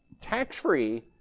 tax-free